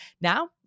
Now